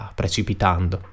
precipitando